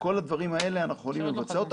כל הדברים האלה אנחנו יכולים לבצע.